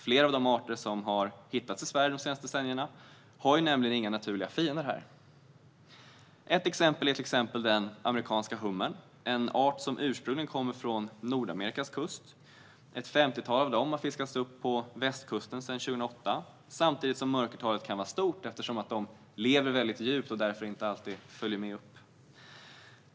Flera av de arter som har hittats i Sverige de senaste decennierna har inga naturliga fiender här. Ett exempel är den amerikanska hummern. Det är en art som ursprungligen kommer från Nordamerikas kust. Ett femtiotal sådana har sedan 2008 fiskats upp på västkusten, och mörkertalet kan vara stort då de lever väldigt djupt och därför inte alltid följer med upp.